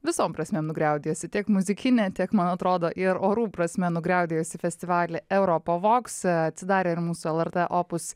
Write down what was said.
visom prasmėm nugriaudėjusi tiek muzikinė tiek man atrodo ir orų prasme nugriaudėjusį festivalį europa vogs atsidarė ir mūsų lrt opus